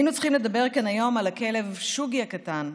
היינו צריכים לדבר כאן היום על הכלב שוגי הקטן,